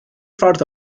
ffordd